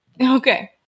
Okay